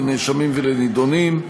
לנאשמים ולנידונים.